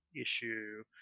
issue